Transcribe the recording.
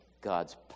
God's